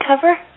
cover